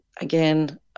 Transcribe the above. again